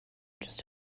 just